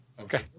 Okay